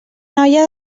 noia